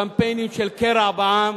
קמפיינים של קרע בעם.